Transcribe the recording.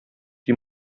die